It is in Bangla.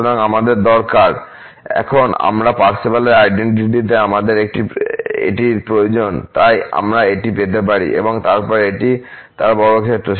সুতরাং আমাদের দরকার এখন কারণ পার্সেভালের আইডেন্টিটি তে আমাদের এটি প্রয়োজন তাই আমরা এটি পেতে পারি এবং তারপর এটি তার বর্গক্ষেত্র